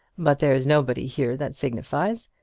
but there's nobody here that signifies.